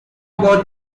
about